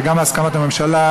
וגם בהסכמת הממשלה,